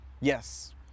Yes